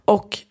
Och